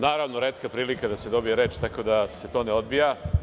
Naravno, retka je prilika da se dobije reč, tako da se to ne odbija.